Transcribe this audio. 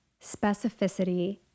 specificity